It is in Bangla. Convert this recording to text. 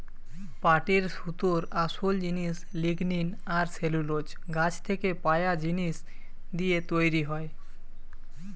পাটের সুতোর আসোল জিনিস লিগনিন আর সেলুলোজ গাছ থিকে পায়া জিনিস দিয়ে তৈরি হয়